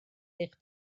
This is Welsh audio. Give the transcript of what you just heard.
eich